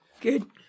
good